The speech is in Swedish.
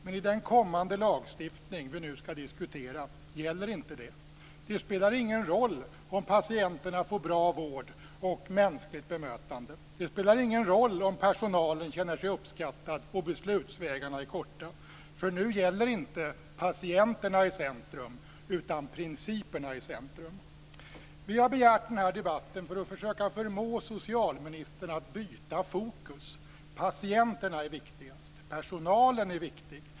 Men i den kommande lagstiftning som vi nu ska diskutera gäller inte det. Det spelar ingen roll om patienterna får bra vård och mänskligt bemötande. Det spelar ingen roll om personalen känner sig uppskattad och beslutsvägarna är korta, för nu gäller inte patienterna i centrum, utan principerna i centrum. Vi har begärt den här debatten för att försöka förmå socialministern att byta fokus. Patienterna är viktigast. Personalen är viktig.